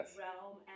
realm